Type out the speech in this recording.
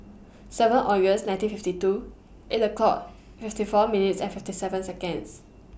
seven August nineteen fifty two eight o'clock fifty four minutes and fifty seven Seconds